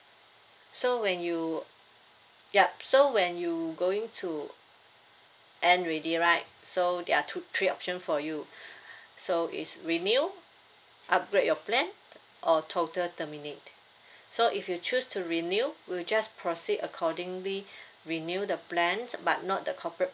so when you yup so when you going to end already right so there are two three option for you so it's renew upgrade your plan or total terminate so if you choose to renew we'll just proceed accordingly renew the plan but not the corporate